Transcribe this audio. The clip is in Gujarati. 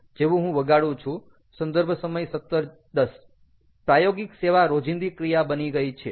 જેવુ હું વગાડુ છુ સંદર્ભ સમય 1710 પ્રાયોગિક સેવા રોજિંદી ક્રિયા બની ગઈ છે